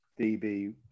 DB